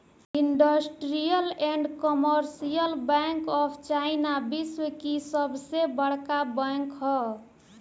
industrial and commercial bank of China विश्व की सबसे बड़का बैंक ह